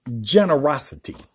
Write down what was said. generosity